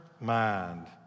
mind